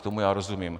Tomu já rozumím.